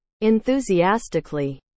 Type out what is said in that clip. Enthusiastically